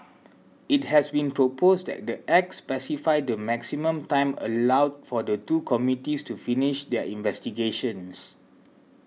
it has been proposed that the Act specify the maximum time allowed for the two committees to finish their investigations